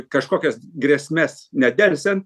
kažkokias grėsmes nedelsian